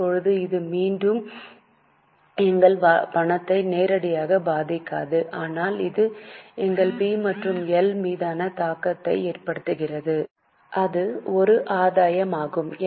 இப்போது இது மீண்டும் எங்கள் பணத்தை நேரடியாக பாதிக்காது ஆனால் இது எங்கள் பி மற்றும் எல் மீது தாக்கத்தை ஏற்படுத்துகிறது அது ஒரு ஆதாயமாகும்